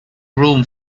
room